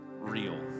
real